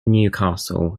newcastle